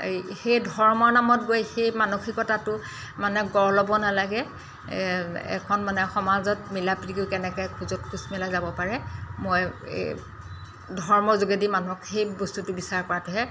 এই সেই ধৰ্মৰ নামত গৈ সেই মানসিকতাটো মানে গঢ় ল'ব নালাগে এখন মানে সমাজত মিলা প্ৰীতিও কেনেকৈ খোজত খোজ মিলাই যাব পাৰে মই এই ধৰ্মৰ যোগেদি মানুহক সেই বস্তুটো বিচাৰ কৰাটোহে